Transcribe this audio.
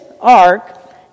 ark